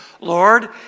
Lord